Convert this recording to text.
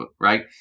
right